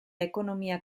ekonomia